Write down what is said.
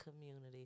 community